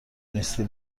نیستی